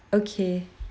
okay